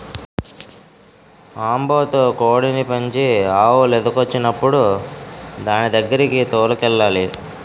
ఆంబోతు కోడిని పెంచి ఆవు లేదకొచ్చినప్పుడు దానిదగ్గరకి తోలుకెళ్లాలి